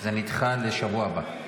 זה נדחה לשבוע הבא.